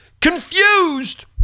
confused